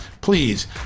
Please